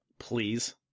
Please